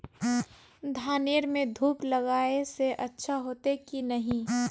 धानेर में धूप लगाए से अच्छा होते की नहीं?